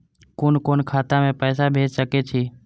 कुन कोण खाता में पैसा भेज सके छी?